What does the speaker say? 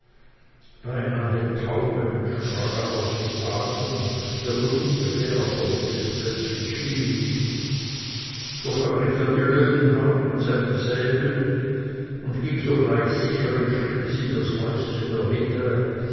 beinahe taumelnd sprang er aus dem wagen der von ungefähr auf der mitte des plätzchens stillhielt doch ergriff er die löwenhaut und seinen säbel und ging sogleich sicheren schrittes in das häuschen der witwe